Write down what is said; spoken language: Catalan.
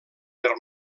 per